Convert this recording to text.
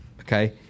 Okay